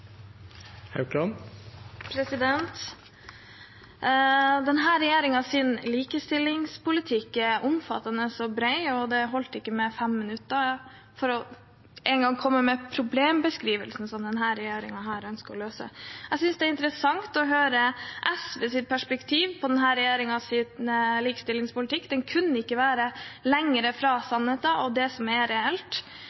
omfattende og bred, og det holdt ikke med 5 minutter engang for å komme med problembeskrivelsen som denne regjeringen ønsker å løse. Jeg synes det er interessant å høre SVs perspektiv på denne regjeringens likestillingspolitikk. Det kunne ikke vært lenger fra